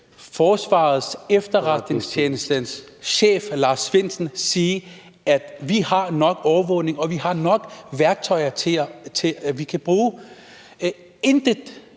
Forsvarets Efterretningstjenestes chef, Lars Findsen, siger, at vi har nok overvågning, og at de har nok værktøjer, de kan bruge. Jeg